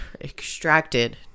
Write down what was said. extracted